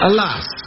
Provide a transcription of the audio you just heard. Alas